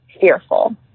fearful